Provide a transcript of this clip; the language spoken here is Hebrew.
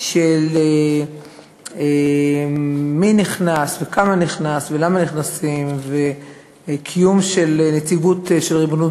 של מי נכנס וכמה נכנס ולמה נכנסים וקיום נציגות של ריבונות